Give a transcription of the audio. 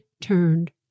turned